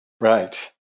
Right